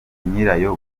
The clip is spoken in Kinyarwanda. nyirayo